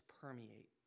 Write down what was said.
permeate